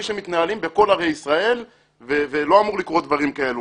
שמתנהלים בכל ערי ישראל ולא אמורים לקרות דברים כאלו.